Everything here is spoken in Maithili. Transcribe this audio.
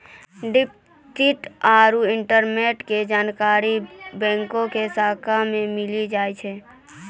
डिपॉजिट आरू इन्वेस्टमेंट के जानकारी बैंको के शाखा मे मिली जाय छै